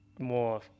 more